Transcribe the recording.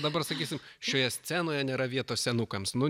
dabar sakysim šioje scenoje nėra vietos senukams nu